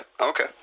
okay